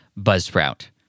buzzsprout